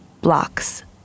blocks